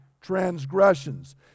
transgressions